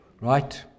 Right